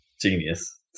genius